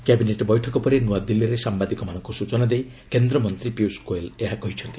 cabinet ବୈଠକ ପରେ ନୂଆଦିଲ୍ଲୀରେ ସାମ୍ବାଦିକମାନଙ୍କୁ ସୂଚନା ଦେଇ କେନ୍ଦ୍ରମନ୍ତ୍ରୀ ପିୟୁଷ ଗୋଏଲ ଏହା କହିଛନ୍ତି